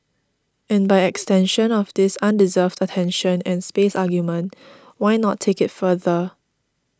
and by extension of this undeserved attention and space argument why not take it further